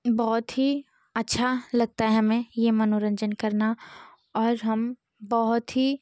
बहुत ही अच्छा लगता है हमें यह मनोरंजन करना और हम बहुत ही